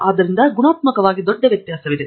ಆದ್ದರಿಂದ ಗುಣಾತ್ಮಕವಾಗಿ ದೊಡ್ಡ ವ್ಯತ್ಯಾಸವಿದೆ